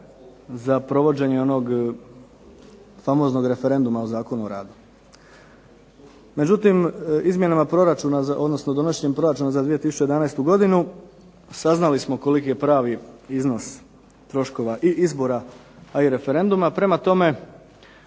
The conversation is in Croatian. za provođenje onog famoznom referenduma o Zakonu o radu. Međutim, donošenjem proračuna za 2011. godinu saznali smo koliki je pravi iznos i izbora i referenduma prema tome,